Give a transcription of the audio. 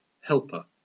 helper